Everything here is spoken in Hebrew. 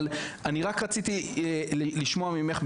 אבל אני רק רציתי לשמוע ממך,